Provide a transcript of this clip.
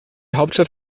hauptstadt